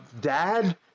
dad